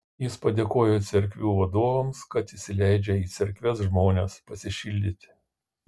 jis padėkojo cerkvių vadovams kad įsileidžia į cerkves žmones pasišildyti